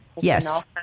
yes